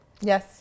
Yes